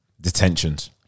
detentions